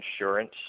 insurance